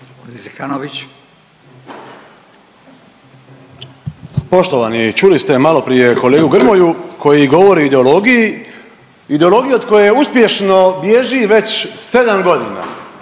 Poštovani, čuli ste maloprije kolegu Grmoju koji govori o ideologiji, ideologiji od koje uspješno bježi već 7.g.,